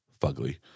fugly